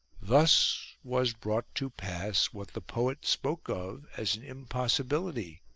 thus was brought to pass what the poet spoke of as an impossibility